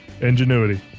Ingenuity